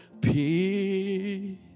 Peace